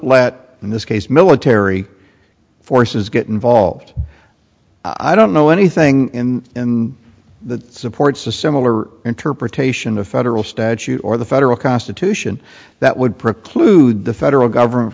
let in this case military forces get involved i don't know anything in that supports a similar interpretation of federal statute or the federal constitution that would preclude the federal government